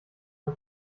ein